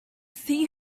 see